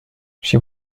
she